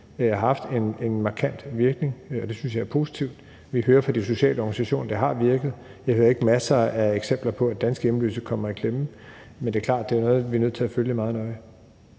har haft en markant virkning. Det synes jeg er positivt. Vi hører fra de sociale organisationer, at det har virket. Vi hører ikke en masse eksempler på, at danske hjemløse kommer i klemme. Men det er klart, at det er noget, vi er nødt til at følge meget nøje.